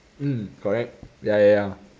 mm correct ya ya ya